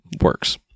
works